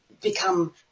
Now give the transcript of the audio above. become